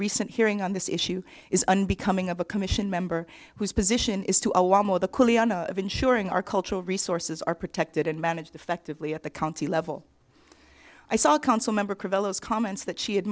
recent hearing on this issue is unbecoming of a commission member whose position is to alarm or the ensuring our cultural resources are protected and managed effectively at the county level i saw council member cavelos comments that she ad